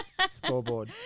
scoreboard